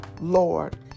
Lord